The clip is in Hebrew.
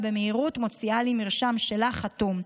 ובמהירות מוציאה לי מרשם שלה חתום.